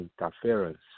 interference